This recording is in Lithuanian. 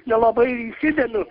nelabai įsidėmiu